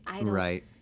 Right